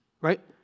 Right